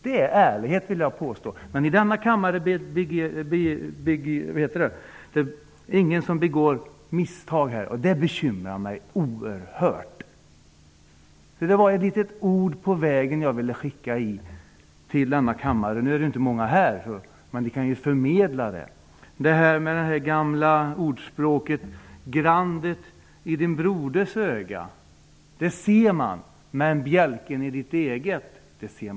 Det är ärlighet, vill jag påstå! Men här i kammaren är det ingen som begår misstag, och det bekymrar mig oerhört. Detta var ett litet ord som jag ville skicka med er i denna kammare på vägen. Nu är det ju inte många här, men ni kan ju förmedla det. Jag kommer att tänka på det gamla talesättet om att se grandet i sin broders öga men inte bjälken i sitt eget.